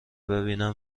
ببینم